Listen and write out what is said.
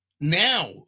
now